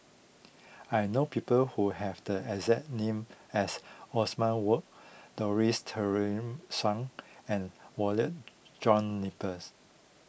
I know people who have the exact name as Othman Wok Dorothy Tessensohn and Walter John Napier